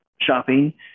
shopping